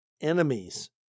enemies